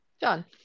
John